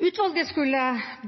Utvalget skulle